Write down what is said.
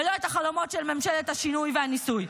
ולא לחלומות של ממשלת השינוי והניסוי.